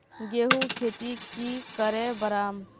गेंहू खेती की करे बढ़ाम?